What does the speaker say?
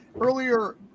earlier